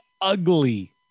ugly